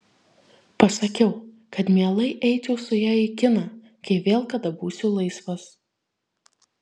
pasakiau kad mielai eičiau su ja į kiną kai vėl kada būsiu laisvas